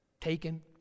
taken